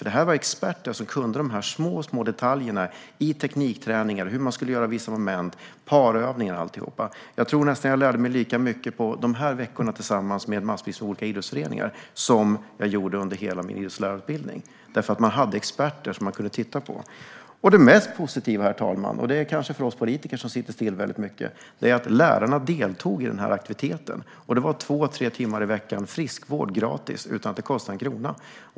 Det var experter som kunde de små detaljerna i teknikträning, hur man skulle göra vissa moment, parövningar och alltihop. Jag tror nästan att jag lärde mig lika mycket under de veckorna tillsammans med massvis av olika idrottsföreningar som jag gjorde under hela min idrottslärarutbildning. Det fanns experter som man kunde titta på. Herr talman! Det mest positiva, och det är kanske något för oss politiker som sitter still väldigt mycket, är att lärarna deltog i aktiviteten. Det var två tre timmar friskvård i veckan utan att det kostade en krona.